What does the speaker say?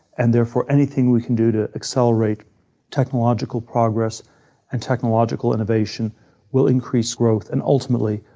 and, therefore, anything we can do to accelerate technological progress and technological innovation will increase growth and, ultimately,